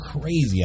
crazy